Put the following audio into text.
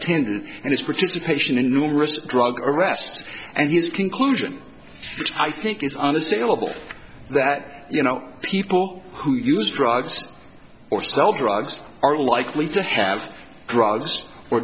attended and its participation in numerous drug arrests and his conclusion i think is unassailable that you know people who use drugs or sell drugs are likely to have drugs or